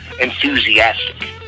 enthusiastic